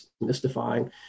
mystifying